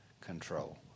control